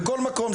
בכל מקום,